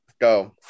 Go